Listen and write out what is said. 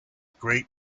great